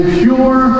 pure